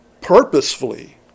Purposefully